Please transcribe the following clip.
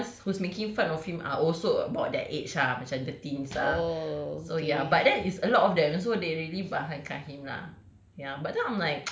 but I guess the ones who's making fun of him are also about that age ah macam thirteen sia so ya but then it's a lot of them so they really bahang kan him lah ya